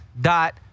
dot